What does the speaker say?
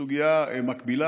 זו סוגיה מקבילה,